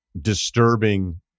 disturbing